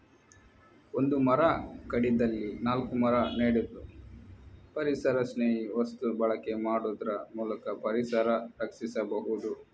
ಒಂದು ಮರ ಕಡಿದಲ್ಲಿ ನಾಲ್ಕು ಮರ ನೆಡುದು, ಪರಿಸರಸ್ನೇಹಿ ವಸ್ತು ಬಳಕೆ ಮಾಡುದ್ರ ಮೂಲಕ ಪರಿಸರ ರಕ್ಷಿಸಬಹುದು